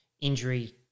injury